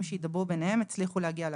שהידברו ביניהם הצליחו להגיע להסכמות,